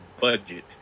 budget